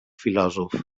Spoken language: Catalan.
filòsof